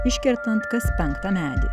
iškertant kas penktą medį